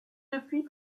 depuis